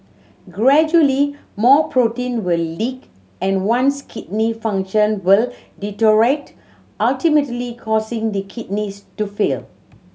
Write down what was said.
gradually more protein will leak and one's kidney function will deteriorate ultimately causing the kidneys to fail